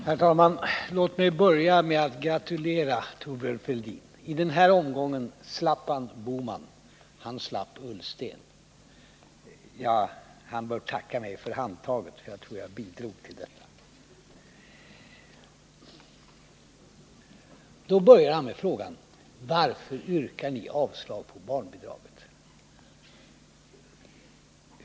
Herr talman! Låt mig börja med att gratulera Thorbjörn Fälldin. I den här omgången slapp han Bohman, och han slapp Ullsten. Han bör tacka mig för handtaget, för jag tror att jag bidrog till detta. Thorbjörn Fälldin frågar: Varför yrkar ni avslag på förslaget om en höjning av barnbidraget?